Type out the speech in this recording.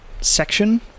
section